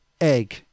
egg